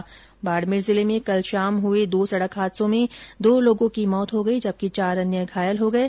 उधर बाडमेर जिले में कल शाम हुए दो सड़क हादसों में दो लोगों की मौत हो गई जबकि चार लोग घायल हो गये